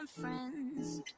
friends